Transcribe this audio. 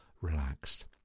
relaxed